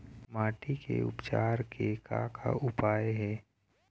माटी के उपचार के का का उपाय हे?